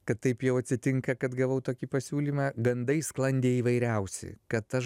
kad taip jau atsitinka kad gavau tokį pasiūlymą gandai sklandė įvairiausi kad aš